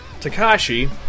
Takashi